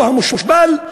הוא המושפל,